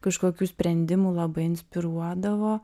kažkokių sprendimų labai inspiruodavo